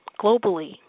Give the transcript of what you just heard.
globally